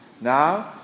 Now